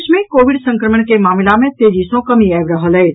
देश मे कोविड संक्रमण के मामिला मे तेजी सॅ कमी आबि रहल अछि